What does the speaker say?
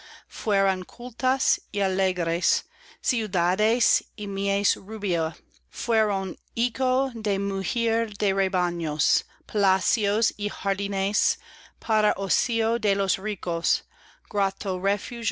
fueron cultas y alegres ciudades y mies rubia fueron eco de mugir de rebaños palacios y jardines para ocio de los ricos